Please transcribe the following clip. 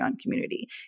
community